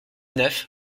neuf